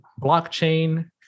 blockchain